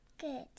Good